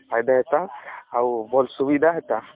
ଫାଏଦା ହେତା ଆଉ ଭଲ୍ ସୁବିଧା ହେତା